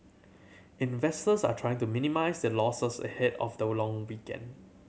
investors are trying to minimise their losses ahead of the long weekend